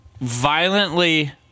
violently